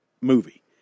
movie